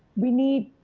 we need,